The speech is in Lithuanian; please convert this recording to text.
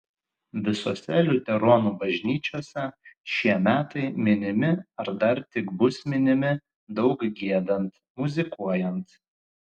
visose liuteronų bažnyčiose šie metai minimi ar dar tik bus minimi daug giedant muzikuojant